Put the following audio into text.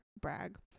brag